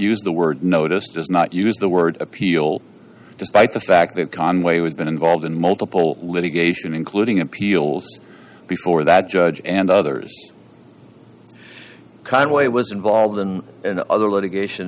use the word notice does not use the word appeal despite the fact that conway has been involved in multiple litigation including appeals before that judge and others cutaway was involved in and other litigation